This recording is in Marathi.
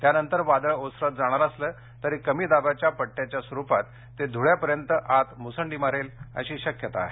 त्यानंतर वादळ ओसरत जाणार असलं तरी कमी दाबाच्या पट्टयाच्या स्वरूपात ते धुळ्यापर्यंत आत मुसंडी मारेल अशी शक्यता आहे